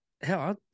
hell